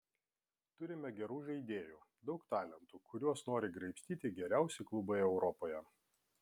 turime gerų žaidėjų daug talentų kuriuos nori graibstyti geriausi klubai europoje